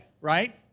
right